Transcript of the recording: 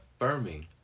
affirming